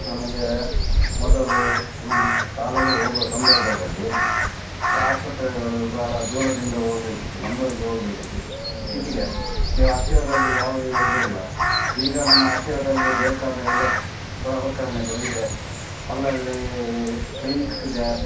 ನಮಗೆ ಮೊದಲು ಈ ಶಾಲೆಗೆ ಹೋಗುವ ಸಂದರ್ಭದಲ್ಲಿ ಆಸ್ಪತ್ರೆಗಳು ಭಾಳ ದೂರದಿಂದ ಹೋಗ್ಬೇಕಿತ್ತು ಮಂಗಳೂರಿಗೆ ಹೋಗ್ಬೇಕಿತ್ತು ಸಿಟಿಗೆ ನೀವು ಹತ್ತಿರದಲ್ಲಿ ಯಾವುದೇ ಇರುವುದಿಲ್ಲ ಈಗ ನಮ್ಮ ಹತ್ತಿರದಲ್ಲಿ ಬೇಕಾದ ಎಲ್ಲ ಸಲಕರಣೆಗಳು ಇದೆ ಅಲ್ಲಲ್ಲಿ ಕ್ಲಿನಿಕ್ ಇದೆ